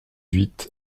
huit